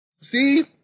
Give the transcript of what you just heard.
see